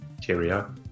cheerio